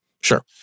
Sure